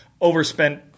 overspent